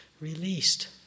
released